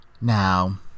Now